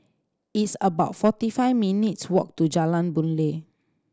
it's about forty five minutes' walk to Jalan Boon Lay